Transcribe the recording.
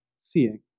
seeing